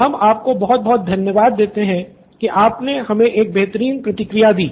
हम आपको बहुत बहुत धन्यवाद देते है की आपने हमे एक बेहतरीन प्रतिक्रिया दी